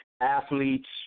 athletes